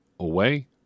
away